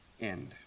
end